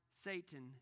Satan